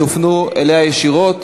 שהופנו אליה ישירות.